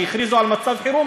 שהכריזו על מצב חירום,